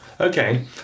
Okay